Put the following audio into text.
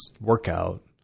workout